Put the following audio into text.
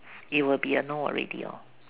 it will be a no already lor